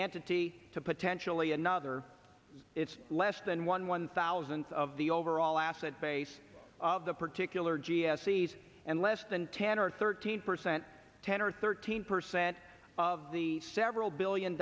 t to potentially another it's less than one one thousandth of the overall asset base of the particular g s e's and less than ten or thirteen percent ten or thirteen percent of the several billion